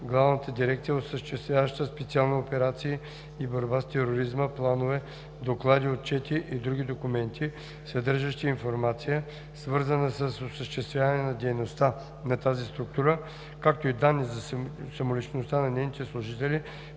главната дирекция, осъществяваща специални операции и борба с тероризма, планове, доклади, отчети и други документи, съдържащи информация, свързана с осъществяване на дейността на тази структура, както и данни за самоличността на нейните служители